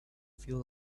feel